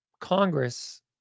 Congress